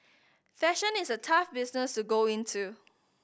fashion is a tough business to go into